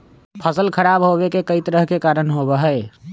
फसल खराब होवे के कई तरह के कारण होबा हई